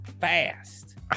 fast